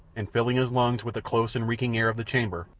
and, filling his lungs with the close and reeking air of the chamber,